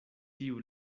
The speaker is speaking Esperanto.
tiu